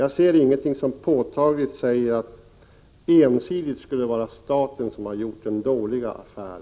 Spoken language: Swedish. Jag ser ingenting som påtagligt säger att det ensidigt skulle vara staten som har gjort en dålig affär.